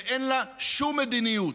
שאין לה שום מדיניות.